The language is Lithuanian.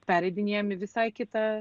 pereidinėjam į visai kitą